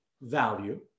value